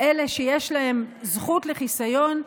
אלה שיש להם זכות לחיסיון,